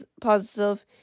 positive